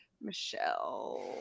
Michelle